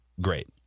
great